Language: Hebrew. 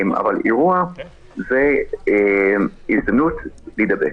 אבל אירוע זה הזדמנות להידבק,